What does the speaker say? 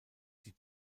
die